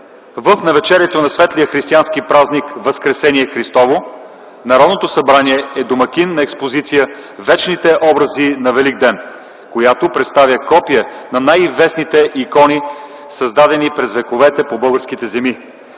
В навечерието на светлия християнски празник Възкресение Христово Народното събрание е домакин на експозиция: „Вечните образи на Великден”, която представя копия на най-известните икони, създадени през вековете по българските земи.